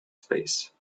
space